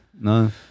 No